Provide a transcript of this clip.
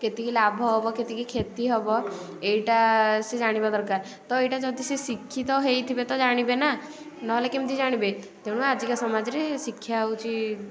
କେତିକି ଲାଭ ହେବ କେତିକି କ୍ଷତି ହେବ ଏଇଟା ସେ ଜାଣିବା ଦରକାର ତ ଏଇଟା ଯଦି ସେ ଶିକ୍ଷିତ ହେଇଥିବେ ତ ଜାଣିବେ ନା ନହେଲେ କେମିତି ଜାଣିବେ ତେଣୁ ଆଜିକା ସମାଜରେ ଶିକ୍ଷା ହେଉଛି